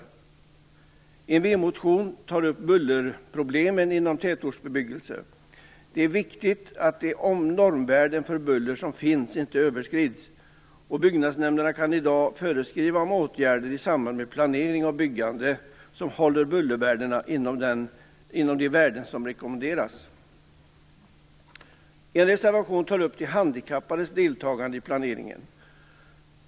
I en motion från Vänsterpartiet tas bullerproblemen inom tätortsbebyggelse upp. Det är viktigt att de normvärden för buller som finns inte överskrids. Byggnadsnämnderna kan i dag föreskriva om åtgärder i samband med planering och byggande som håller bullervärdena inom de värden som rekommenderas. I en reservation tar man upp frågan om de handikappades deltagande i planeringen.